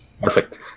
Perfect